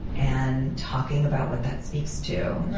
and talking about what that speaks to.